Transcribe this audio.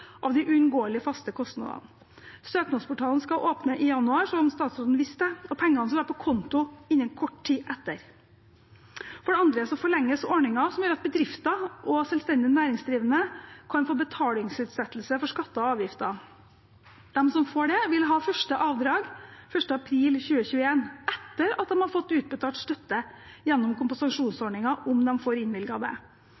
av de uunngåelige faste kostnadene. Søknadsportalen skal åpne i januar, som statsråden viste til, og pengene skal være på konto kort tid etter. For det andre forlenges ordningen som gjør at bedrifter og selvstendig næringsdrivende kan få betalingsutsettelse for skatter og avgifter. De som får det, vil ha første avdrag 1. april 2021, etter at de har fått utbetalt støtte gjennom